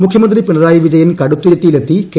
മുഖ്യമന്ത്രി പിണറായി വിജയൻ കടുത്തുരുത്തിയിലെത്തി കെ